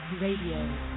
Radio